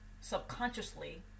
subconsciously